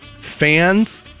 fans